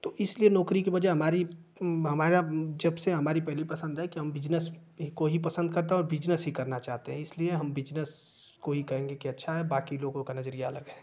तो इसलिए नौकरी की बजाय हमारी हमारा जबसे हमारी पहली पसंद है कि हम बिजनेस को ही पसंद करते हैं और बिजनेस ही करना चाहते हैं इसलिए हम बिजनेस को ही कहेंगे कि अच्छा है बाकी लोगों का नजरिया अलग है